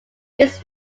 its